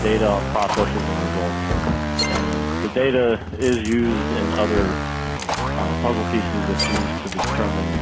data on processes and results and the data is used in other puzzle pieces of choose to determine